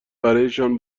برایشان